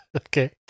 Okay